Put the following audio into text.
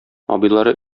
абыйлары